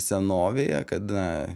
senovėje kada